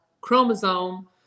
chromosome